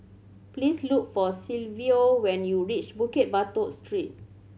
please look for Silvio when you reach Bukit Batok Street